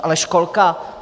Ale školka?